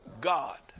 God